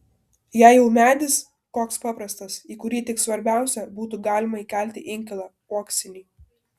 jei jau medis koks paprastas į kurį tik svarbiausia būtų galima įkelti inkilą uoksinį